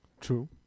True